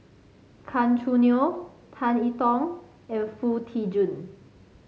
Gan Choo Neo Tan I Tong and Foo Tee Jun